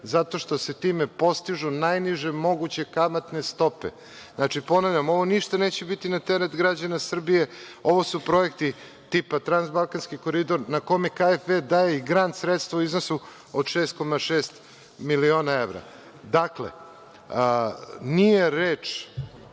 Zato što se time postižu najniže moguće kamatne stope. Znači, ponavljam, ovo ništa neće biti na teret građana Srbije, ovo su projekti tipa „Trans-Balkanski koridor“, kome „KEF“ daje i grand sredstva u iznosu od 6,6 miliona evra. Dakle, nije reč